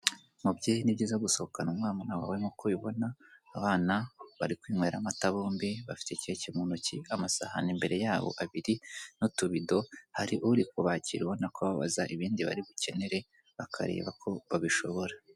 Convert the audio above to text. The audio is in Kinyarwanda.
mubyeyi ni byiza gusohokana umwana wewe nkuko ubibona abana bari kwinywera amata bombi bafite keke mu ntoki amasahani imbere yabo abiri n'utubido hari uri kubakira ababaza niba harii ibindi bari bukenere akareba ko babishobora.